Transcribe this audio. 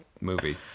movie